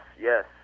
yes